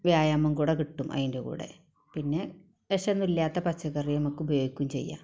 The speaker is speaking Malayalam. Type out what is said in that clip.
വ്യായാമം കൂടെ കിട്ടും അതിന്റെ കൂടെ പിന്നെ വിഷമൊന്നും ഇല്ലാത്ത പച്ചക്കറി നമുക്ക് ഉപയോഗിക്കുകയും ചെയ്യാം